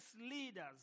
leaders